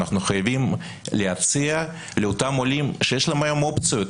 אנחנו חייבים להציע לאותם עולים שיש להם היום אופציות,